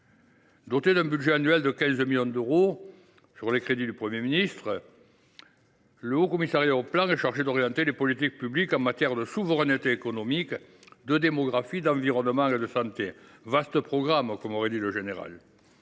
Doté d’un budget annuel de 15 millions d’euros, prélevés sur les crédits du Premier ministre, le HCP est chargé d’orienter les politiques publiques en matière de souveraineté économique, de démographie, d’environnement et de santé. « Vaste programme !», comme aurait dit le général